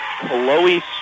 Chloe